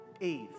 Eve